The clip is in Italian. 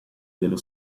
dello